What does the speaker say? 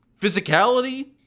physicality